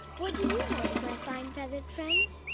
what do you want, my fine feathered friends?